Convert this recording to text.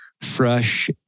fresh